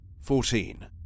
Fourteen